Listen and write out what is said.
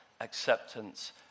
acceptance